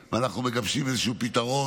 ואנחנו מגבשים איזשהו פתרון,